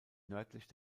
nördlich